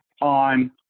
on